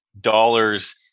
dollars